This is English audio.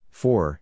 four